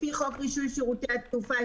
לפי חוק רישוי שירותי התעופה,